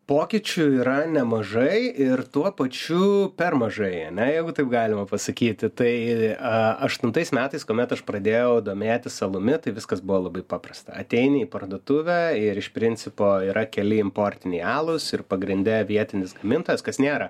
pokyčių yra nemažai ir tuo pačiu per mažai ane jeigu taip galima pasakyti tai a aštuntais metais kuomet aš pradėjau domėtis alumi tai viskas buvo labai paprasta ateini į parduotuvę ir iš principo yra keli importiniai alūs ir pagrinde vietinis gamintojas kas nėra